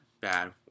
bad